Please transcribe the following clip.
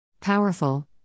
Powerful